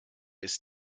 ist